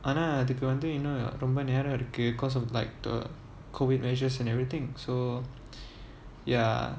ஆனா அதுக்கு வந்து ரொம்ப நேரம் இருக்கு:aana athuku vanthu romba neram iruku because of like the COVID measures and everything so ya